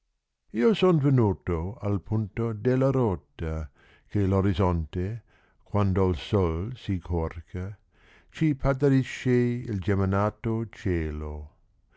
o son venuto al punto della rota che r orizzonte quando h sol si corca ci partorisce il geminato cielo